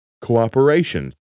cooperation